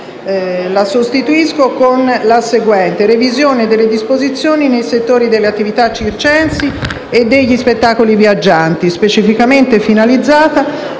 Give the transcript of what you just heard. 2, che recita come segue: «Revisione delle disposizioni nei settori delle attività circensi e degli spettacoli viaggianti, specificamente finalizzata